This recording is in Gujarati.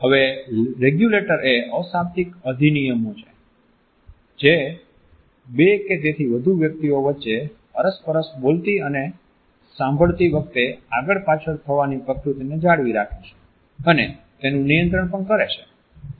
હવે રેગ્યુલેટર એ અશાબ્દિક અધિનિયમો છે જે બે કે તેથી વધુ વ્યક્તિઓ વચ્ચે અરસપરસ બોલતી અને સાંભળતી વખતે આગળ પાછળ થવાની પ્રકૃતિને જાળવી રાખે છે અને તેનું નિયંત્રણ કરે છે